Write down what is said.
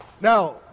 Now